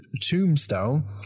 tombstone